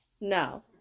No